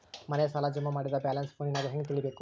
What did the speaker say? ಮನೆ ಸಾಲ ಜಮಾ ಮಾಡಿದ ಬ್ಯಾಲೆನ್ಸ್ ಫೋನಿನಾಗ ಹೆಂಗ ತಿಳೇಬೇಕು?